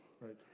Right